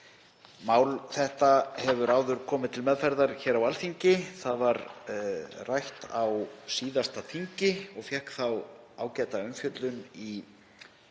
Mál þetta hefur áður komið til meðferðar hér á Alþingi. Það var rætt á síðasta þingi og fékk þá ágæta umfjöllun í hv.